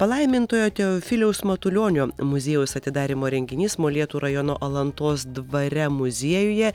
palaimintojo teofiliaus matulionio muziejaus atidarymo renginys molėtų rajono alantos dvare muziejuje